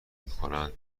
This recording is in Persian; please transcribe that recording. میکنند